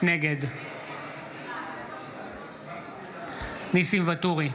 נגד ניסים ואטורי,